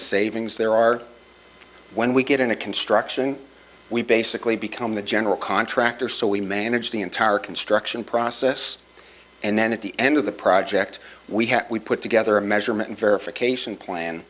of savings there are when we get into construction we basically become the general contractor so we manage the entire construction process and then at the end of the project we have we put together a measurement and verification plan